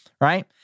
right